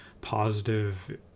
positive